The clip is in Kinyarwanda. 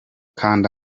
kanda